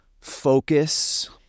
focus